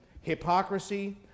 hypocrisy